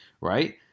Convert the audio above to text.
right